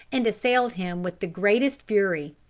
and assailed him with the greatest fury.